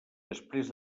després